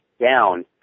down